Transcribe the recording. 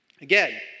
Again